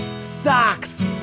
Socks